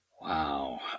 Wow